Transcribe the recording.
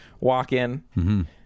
walk-in